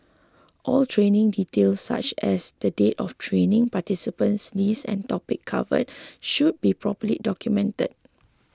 all training details such as the date of training participant list and topics covered should be properly documented